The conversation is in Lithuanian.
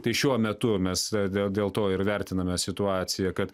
tai šiuo metu mes dėl dėl to ir vertiname situaciją kad